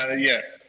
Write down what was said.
ah yeah,